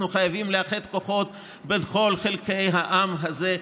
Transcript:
אנחנו חייבים לאחד כוחות בין כל חלקי העם הזה,